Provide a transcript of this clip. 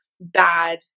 bad